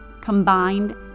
combined